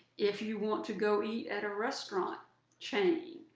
if you want to go eat at a restaurant chain,